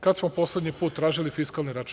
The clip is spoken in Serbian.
Kada smo poslednji put tražili fiskalni račun.